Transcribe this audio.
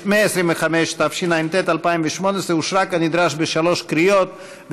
125), התשע"ט 2018, אושרה כנדרש בשלוש קריאות.